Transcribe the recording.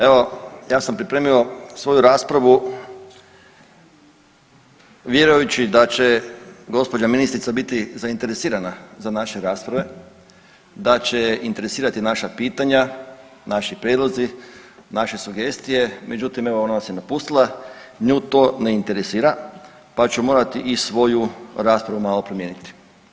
Evo ja sam pripremio svoju raspravu vjerujući da će gospođa ministrica biti zainteresirana za naše rasprave, da će je interesirati naša pitanja, naši prijedlozi, naše sugestije, međutim evo ona nas je napustila nju to ne interesira, pa ću morati i svoju raspravu malo promijeniti.